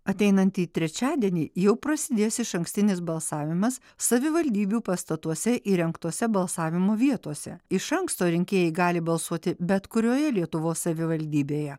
ateinantį trečiadienį jau prasidės išankstinis balsavimas savivaldybių pastatuose įrengtose balsavimo vietose iš anksto rinkėjai gali balsuoti bet kurioje lietuvos savivaldybėje